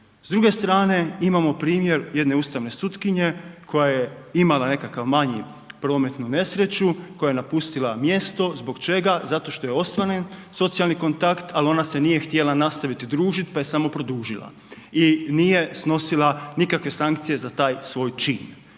S druge strane, imamo primjer jedne ustavne sutkinje koja je imala nekakav manji prometnu nesreću, koja je napustila mjesto, zbog čega, zato što je ostvaren socijalni kontakt, ali ona se nije htjela nastaviti družiti pa je samo produžila i nije snosila nikakve sankcije za taj svoj čin.